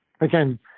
again